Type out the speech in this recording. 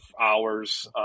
hours